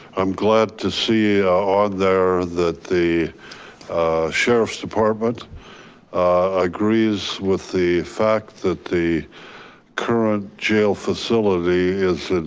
i'm glad to see on there that the sheriff's department agrees with the fact that the current jail facility is in